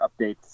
updates